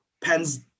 pens